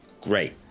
great